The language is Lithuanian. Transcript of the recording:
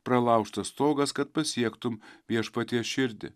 pralaužtas stogas kad pasiektum viešpaties širdį